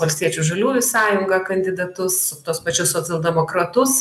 valstiečių žaliųjų sąjungą kandidatus tuos pačius socialdemokratus